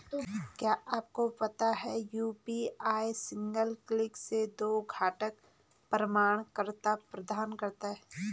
क्या आपको पता है यू.पी.आई सिंगल क्लिक से दो घटक प्रमाणिकता प्रदान करता है?